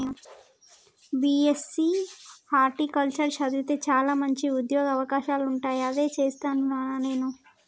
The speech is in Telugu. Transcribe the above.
బీ.ఎస్.సి హార్టికల్చర్ చదివితే చాల మంచి ఉంద్యోగ అవకాశాలుంటాయి అదే చేస్తాను నానా నేను